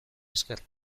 esker